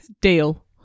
Deal